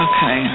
Okay